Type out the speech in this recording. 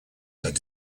had